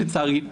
לצערי.